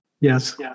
Yes